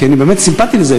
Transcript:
כי אני באמת סימפתי לזה.